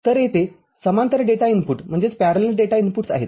तर तेथे समांतर डेटा इनपुट आहेत आणि हे समांतर डेटा आउटपुट आहेत